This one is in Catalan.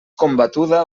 combatuda